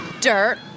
dirt